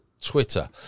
Twitter